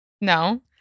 No